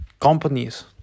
Companies